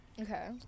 Okay